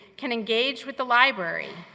can engage with the library,